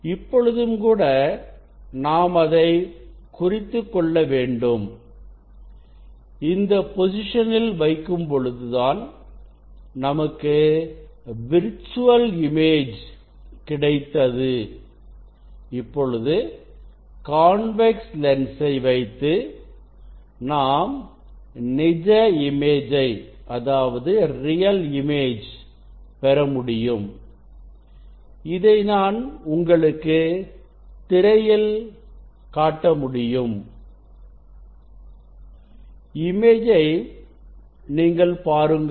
இப்பொழுதும் கூட நாம் அதை குறித்துக்கொள்ள வேண்டும் இந்த பொசிஷன் இல் வைக்கும் பொழுது தான் நமக்கு விர்ச்சுவல் இமேஜ் கிடைத்தது இப்பொழுது காண்வெக்ஸ் லென்சை வைத்து நாம் நிஜ இமேஜை பெறமுடியும் இதை நான் உங்களுக்கு திரையில் காட்ட முடியும் இமேஜை நீங்கள் பாருங்கள்